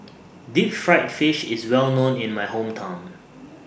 Deep Fried Fish IS Well known in My Hometown